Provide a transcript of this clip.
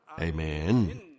Amen